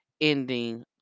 ending